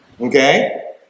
Okay